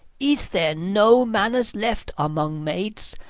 is there no manners left among maids?